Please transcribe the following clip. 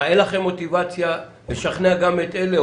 אין לכם מוטיבציה לשכנע גם את אלה,